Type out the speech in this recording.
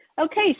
Okay